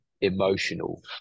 emotional